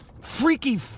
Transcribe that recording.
freaky